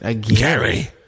Gary